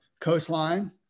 coastline